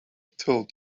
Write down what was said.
told